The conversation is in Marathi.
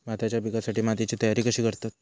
भाताच्या पिकासाठी मातीची तयारी कशी करतत?